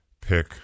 pick